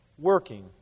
working